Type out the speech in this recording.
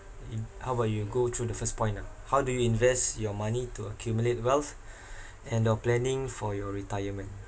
how about you go through the first point ah how do you invest your money to accumulate wealth and your planning for your retirement